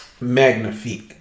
magnifique